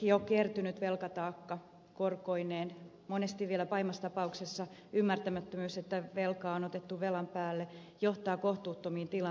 jo kertynyt velkataakka korkoineen monesti vielä pahimmassa tapauksessa ymmärtämättömyys että velkaa on otettu velan päälle johtaa kohtuuttomiin tilanteisiin